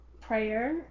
prayer